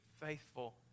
faithful